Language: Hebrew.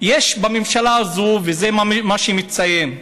יש בממשלה הזאת, וזה מה שמציין אותה,